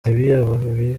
ibi